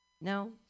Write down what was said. No